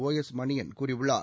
ஔஸ்மணியன் கூறியுள்ளார்